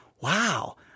Wow